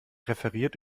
referiert